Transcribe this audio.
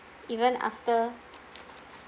even after